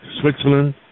Switzerland